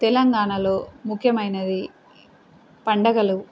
తెలంగాణలో ముఖ్యమైనది పండగలు